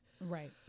Right